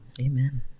Amen